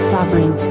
Sovereign